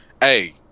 hey